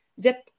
zip